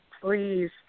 please